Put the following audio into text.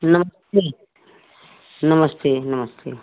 नमस्ते नमस्ते नमस्ते